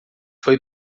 foi